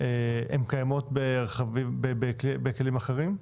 הן קיימות בכלים אחרים?